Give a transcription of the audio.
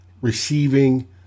receiving